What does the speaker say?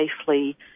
safely